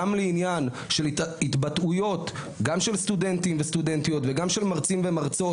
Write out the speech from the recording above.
גם בעניין של התבטאויות גם של סטודנטים וסטודנטיות וגם של מרצים ומרצות.